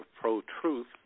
Pro-Truth